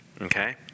okay